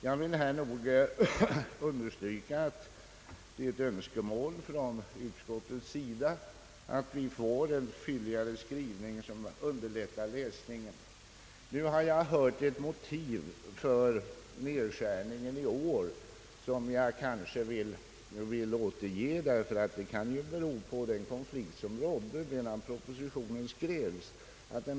Jag vill här understryka att det är ett önskemål från utskottets sida att vi får en fylligare skrivning som underlättar läsningen. En orsak till nedskärningen i år lär vara den konflikt som rådde när propositionen skrevs.